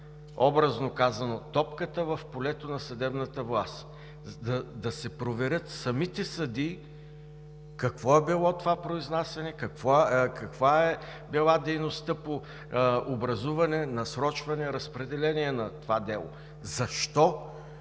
образно казано, топката в полето на съдебната власт – да си проверят самите съдии какво е било това произнасяне, каква е била дейността по образуване, насрочване и разпределение на това дело и защо